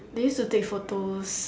they used to take photos